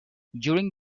during